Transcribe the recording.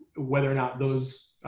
whether or not those